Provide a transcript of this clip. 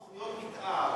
תוכניות מתאר,